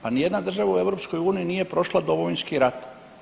Pa ni jedna država u EU nije prošla Domovinski rat.